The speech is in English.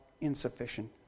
insufficient